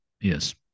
yes